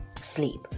sleep